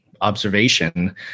observation